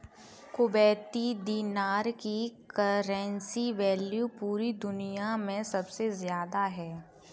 Kuwaiti दीनार की currency value पूरी दुनिया मे सबसे ज्यादा है